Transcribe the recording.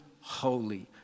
holy